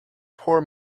poor